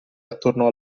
attorno